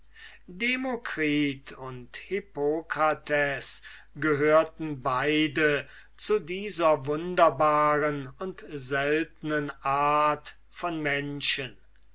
demokritus und hippokrates gehörten beide zu dieser wunderbaren und seltnen art von menschen